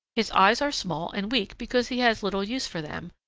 his eyes are small and weak because he has little use for them,